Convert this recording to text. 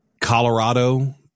Colorado